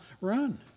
run